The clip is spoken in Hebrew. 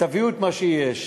תביאו את מה שיש.